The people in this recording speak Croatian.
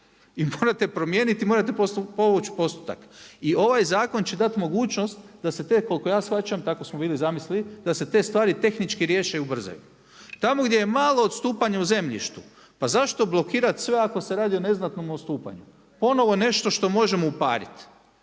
I morate promijeniti i morate povući postupak. I ovaj zakon, će dati mogućnost da se te koliko ja shvaćam, tako smo bili zamislili da se te stvari tehnički riješe i ubrzaju. Tamo gdje je malo odstupanje u zemljištu, pa zašto blokirati sve ako se radi o neznatnom odstupanju. Ponovno nešto što možemo upariti.